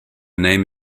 name